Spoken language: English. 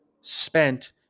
spent